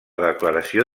declaració